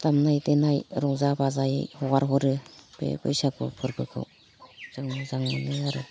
दामनाय देनाय रंजा बाजायै हगार हरो बे बैसागु फोरबोखौ जों मोजां मोनो आरो